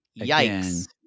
yikes